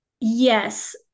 Yes